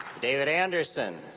david anderson,